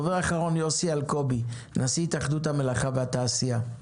יוסי אלקובי, נשיא התאחדות המלאכה והתעשייה.